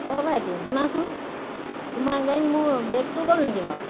অ' ভাইটি শুনাচোন তোমাৰ গাড়ীত মোৰ বেগটো গ'ল নেকি বাৰু